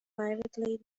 privately